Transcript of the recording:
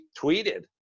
tweeted